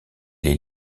les